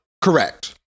Correct